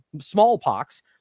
smallpox